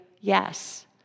yes